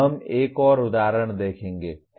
हम एक और उदाहरण देखेंगे